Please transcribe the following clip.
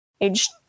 age